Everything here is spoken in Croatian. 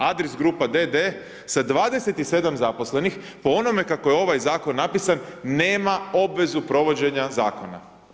Adris grupa d.d. sa 27 zaposlenih po onome kako je ovaj Zakon napisan, nema obvezu provođenja Zakona.